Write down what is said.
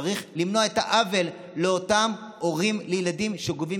צריך למנוע את העוול לאותם הורים לילדים שגובים